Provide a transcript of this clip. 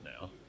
now